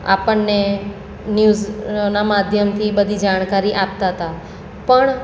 આપણને ન્યૂઝના માધ્યમથી બધી જાણકારી આપતા હતા પણ